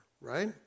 right